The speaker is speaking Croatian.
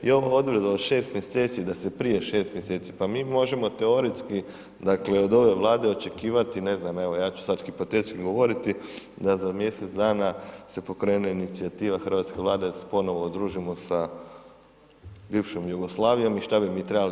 I ova odredba od šest mjeseci, da se prije šest mjeseci, pa mi možemo teoretski, dakle od ove Vlade očekivati, ne znam, evo ja ću sad hipotetski govoriti, da za mjesec dana se pokrene inicijativa hrvatska vlada da se ponovno udružimo sa bivšom Jugoslavijom, i šta bi mi trebali?